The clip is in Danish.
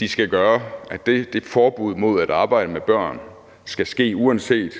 man skal gøre. Det forbud mod at arbejde med børn skal ske, uanset